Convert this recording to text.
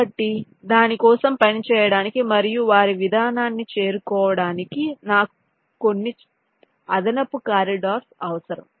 కాబట్టి దాని కోసం పని చేయడానికి మరియు వారి విధానాన్ని చేరుకోవడానికి నాకు కొన్ని అదనపు కారిడార్లు అవసరం